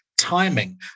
timing